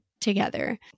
together